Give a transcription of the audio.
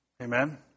Amen